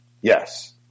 Yes